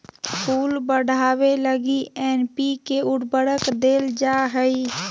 फूल बढ़ावे लगी एन.पी.के उर्वरक देल जा हइ